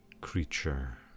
creature